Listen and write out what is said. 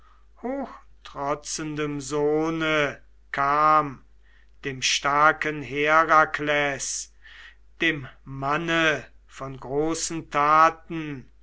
zeus hochtrotzendem sohne kam dem starken herakles dem manne von großen taten